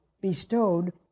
bestowed